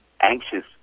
anxious